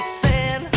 thin